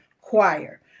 Choir